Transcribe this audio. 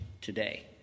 today